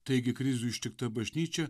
taigi krizių ištikta bažnyčia